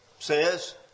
says